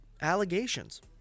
allegations